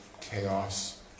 chaos